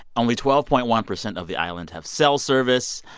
only twelve point one percent of the island have cell service.